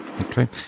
Okay